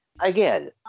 Again